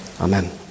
amen